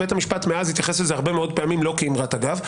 בית המשפט מאז התייחס לזה הרבה מאוד פעמים לא כאמרת אגב.